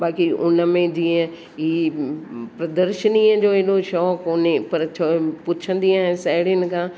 बाक़ी उन में जीअं ई प्रद्रर्शिनीअ जो एॾो शोक़ु कोन्हे पर पुछंदी आहियां साहेड़ियुनि खां